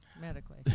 medically